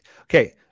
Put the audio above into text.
Okay